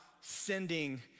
sending